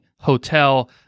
hotel